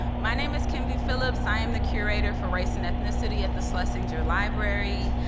my name is kenvi phillips. i am the curator for race and ethnicity at the schlesinger library.